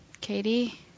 Katie